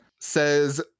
says